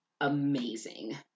amazing